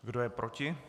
Kdo je proti?